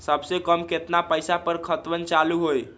सबसे कम केतना पईसा पर खतवन चालु होई?